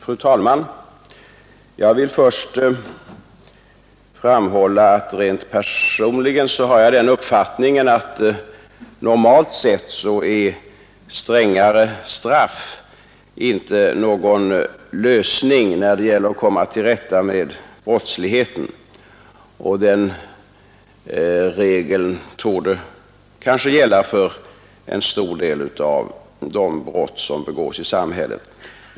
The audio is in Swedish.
Fru talman! Jag vill först framhålla att rent personligen har jag den uppfattningen att normalt sett strängare straff inte är någon lösning när det gäller att komma till rätta med brottsligheten. Den regeln torde gälla för en stor del av de brott som begås i samhället.